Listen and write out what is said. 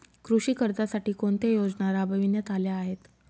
कृषी कर्जासाठी कोणत्या योजना राबविण्यात आल्या आहेत?